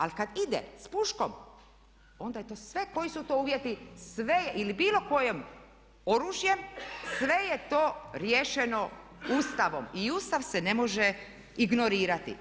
Ali kad ide s puškom onda je to sve koji su to uvjeti sve je, ili bilo kojim oružjem, sve je to riješeno Ustavom i Ustav se ne može ignorirati.